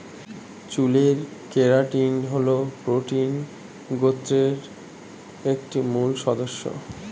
চুলের কেরাটিন হল প্রোটিন গোত্রের একটি মূল সদস্য